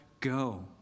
go